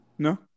No